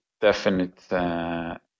definite